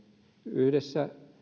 yhdessä